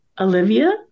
Olivia